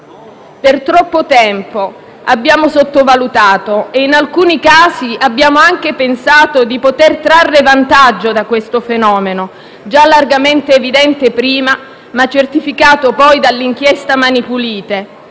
Per troppo tempo abbiamo sottovalutato e, in alcuni casi, abbiamo anche pensato di poter trarre vantaggio da questo fenomeno, già largamente evidente prima, ma certificato poi dall'inchiesta Mani pulite,